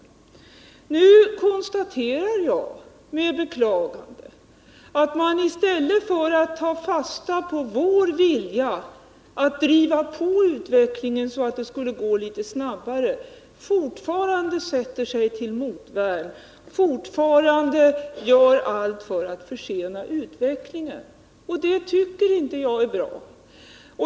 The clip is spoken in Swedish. Jag konstaterar med beklagande att man i stället för att ta fasta på vår vilja att driva på utvecklingen så att den skulle gå litet snabbare fortfarande sätter sig till motvärn och gör allt för att försena utvecklingen. Det tycker jag inte är bra.